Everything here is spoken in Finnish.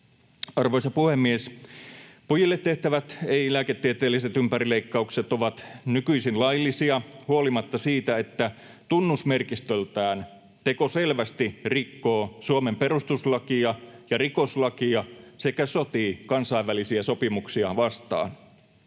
Arvoisa puhemies! Pojille tehtävät ei-lääketieteelliset ympärileikkaukset ovat nykyisin laillisia huolimatta siitä, että tunnusmerkistöltään teko selvästi rikkoo Suomen perustuslakia ja rikoslakia sekä sotii kansainvälisiä sopimuksia vastaan.